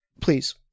please